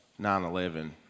9-11